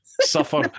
Suffer